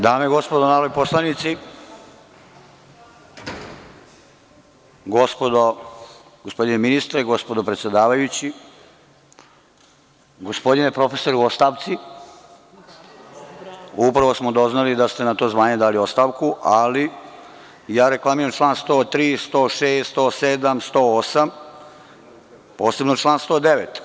Dame i gospodo narodni poslanici, gospodine ministre, gospodine predsedavajući, gospodine profesore u ostavci, upravo smo doznali da ste na to zvanje dali ostavku, ali reklamiram član 103, 106, 107, 108, a posebno član 109.